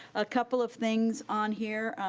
a couple of things on here.